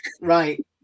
Right